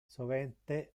sovente